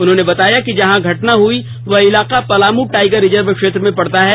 उन्होंने बताया कि जहां घटना हुई है वह इलाका पलामू टाइगर रिजर्व क्षेत्र में पड़ता है